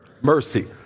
Mercy